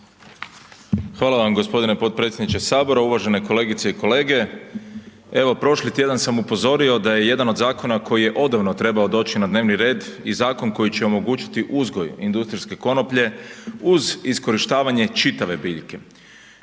Hvala vam g. potpredsjedniče HS. Uvažene kolegice i kolege, evo prošli tjedan sam upozorio da je jedan od zakona koji je odavno trebao doći na dnevni red i zakon koji će omogućiti uzgoj industrijske konoplje uz iskorištavanje čitave biljke,